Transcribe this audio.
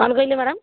କଣ କହିଲେ ମ୍ୟାଡ଼ାମ୍